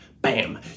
Bam